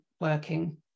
working